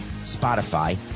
Spotify